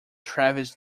travis